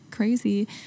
Crazy